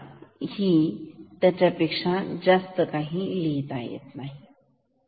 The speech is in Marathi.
तर मी ह्या पेक्षा जास्त शब्द लिहू शकतो